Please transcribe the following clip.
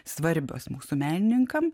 svarbios mūsų menininkam